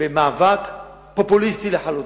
במאבק פופוליסטי לחלוטין.